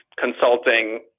consulting